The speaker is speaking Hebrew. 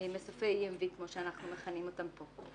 מסופי EMV כמו שאנחנו מכנים אותם כאן.